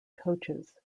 coaches